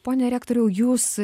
pone rektoriau jūs